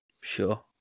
Sure